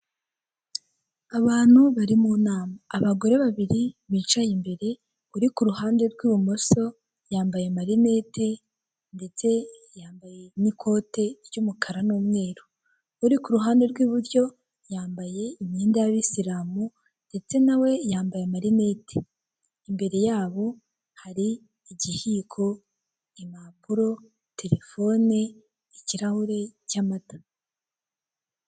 Abantu bari mu nama, abagore babiri bicaye imbere uri ku ruhande rw'ibumoso yambaye amarinete ndetse yambaye n'ikote ry'umukara n'umweru, uri ku ruhande rw'iburyo yambaye imyenda y'abayisiramu ndetse na we yambaye amarinete, imbere yabo hari igiyiko, impapuro, telefone, ikirahure cy'amata.